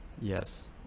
Yes